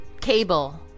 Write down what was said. Cable